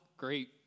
great